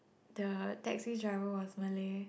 the taxi driver was Malay